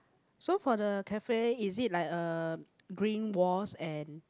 so for the cafe is it like a green walls and